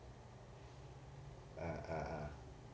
uh uh uh